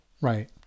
Right